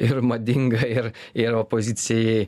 ir madinga ir ir opozicijai